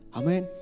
amen